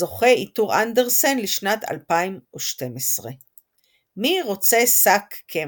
– זוכה עיטור אנדרסן לשנת 2012. מי רוצה שק קמח?,